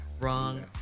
Wrong